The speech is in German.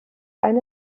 eine